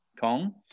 Kong